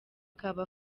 akaba